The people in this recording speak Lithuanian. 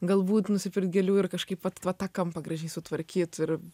galbūt nusipirk gėlių ir kažkaip vat vat tą kampą gražiai sutvarkyt ir